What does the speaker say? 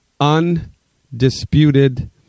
undisputed